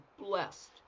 blessed